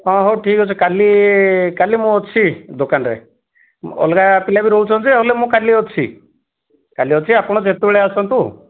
ହଁ ହଉ ଠିକ୍ ଅଛି କାଲି କାଲି ମୁଁ ଅଛି ଦୋକାନରେ ଅଲଗା ପିଲା ବି ରହୁଛନ୍ତି ହେଲେ ମୁଁ କାଲି ଅଛି କାଲି ଅଛି ଆପଣ ଯେତେବେଳେ ଆସନ୍ତୁ